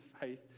faith